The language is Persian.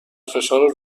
فشار